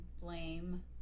blame